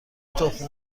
تخم